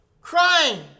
crying